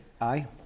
Aye